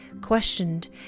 questioned